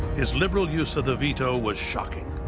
his liberal use of the veto was shocking.